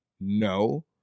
No